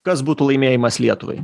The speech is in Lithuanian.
kas būtų laimėjimas lietuvai